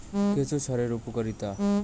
কেঁচো সারের উপকারিতা?